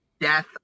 death